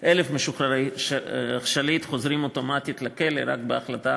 ש-1,000 משוחררי עסקת שליט חוזרים אוטומטית לכלא רק בהחלטה